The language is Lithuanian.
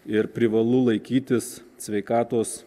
ir privalu laikytis sveikatos